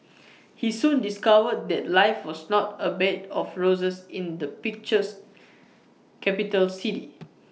he soon discovered that life was not A bed of roses in the pictures capital city